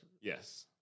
Yes